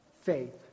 faith